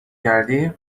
کردی